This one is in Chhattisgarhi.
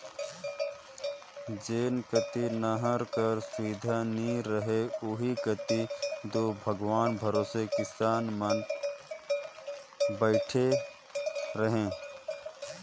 जेन कती नहर कर सुबिधा नी रहें ओ कती दो भगवान भरोसे किसान मन बइठे रहे